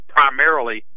primarily